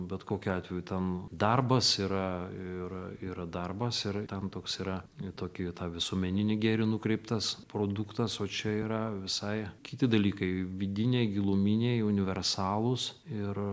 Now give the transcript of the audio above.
bet kokiu atveju ten darbas yra ir yra darbas ir ten toks yra tokį tą visuomeninį gėrį nukreiptas produktas o čia yra visai kiti dalykai vidiniai giluminiai universalūs ir